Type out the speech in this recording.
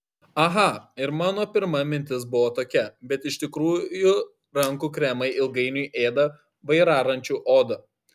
aha ir mano pirma mintis buvo tokia bet iš tikrųjų rankų kremai ilgainiui ėda vairaračių odą